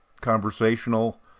conversational